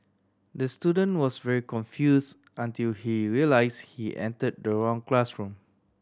the student was very confuse until he realise he enter the wrong classroom